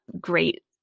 great